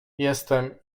jestem